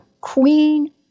queen